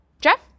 Jeff